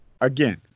again